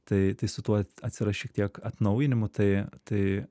tai tai su tuo atsiras šiek tiek atnaujinimų tai tai